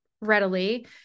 readily